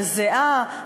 על הזעה,